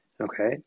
Okay